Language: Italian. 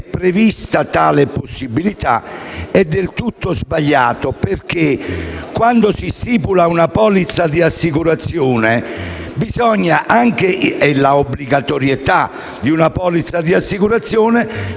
prevista tale possibilità è del tutto sbagliato, perché quando si stipula una polizza di assicurazione e vi è l'obbligatorietà di tale polizza assicurativa